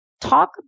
Talk